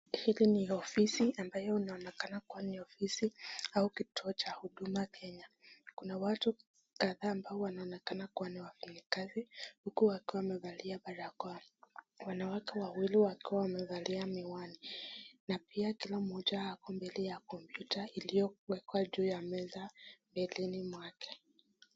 Hili ni ofisi ambayo inaonekana kuwa ni ofisi au kituo cha huduma Kenya. Kuna watu kadhaa ambao wanaonekana kuwa wafanyikazi huku wakiwa wamevalia barakoa , wanawake wawili wakiwa wamevalia miwani, na pia kila mmoja ako mbele ya kompyuta iliyowekwa juu ya meza mbeleni mwake.